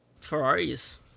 Ferraris